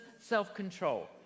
self-control